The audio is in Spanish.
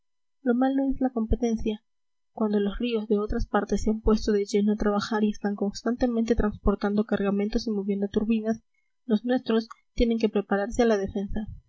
lo malo es la competencia cuando los ríos de otras partes se han puesto de lleno a trabajar y están constantemente transportando cargamentos y moviendo turbinas los nuestros tienen que prepararse a la defensa